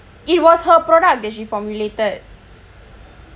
it was her product that she formulated